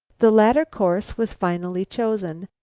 the latter course was finally chosen,